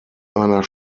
einer